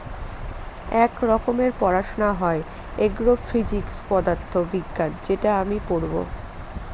এক রকমের পড়াশোনা হয় এগ্রো ফিজিক্স পদার্থ বিজ্ঞান যেটা আমি পড়বো